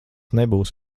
nebūs